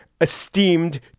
esteemed